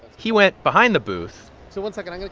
he went behind the booth. so one second i'm